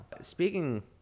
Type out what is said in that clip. Speaking